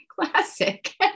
Classic